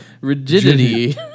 rigidity